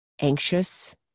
anxious